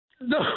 No